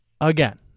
again